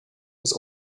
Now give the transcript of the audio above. was